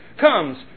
comes